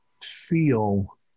feel